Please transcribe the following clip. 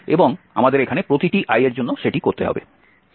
এবং এখানে আমাদের প্রতিটি i এর জন্য সেটি করতে হবে